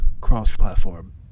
cross-platform